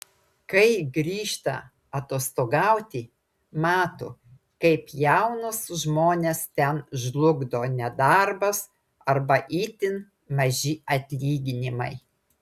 kai grįžta atostogauti mato kaip jaunus žmones ten žlugdo nedarbas arba itin maži atlyginimai